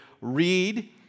read